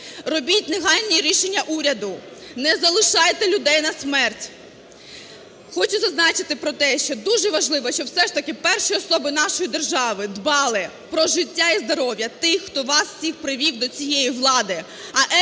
Робіть негайні рішення уряду, не залишайте людей на смерть. Хочу зазначити про те, що дуже важливо, щоб все ж таки перші особи нашої держави дбали про життя і здоров'я тих, хто вас всіх привів до цієї влади,